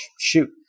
shoot